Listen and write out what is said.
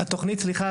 סליחה,